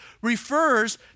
refers